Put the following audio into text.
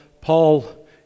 Paul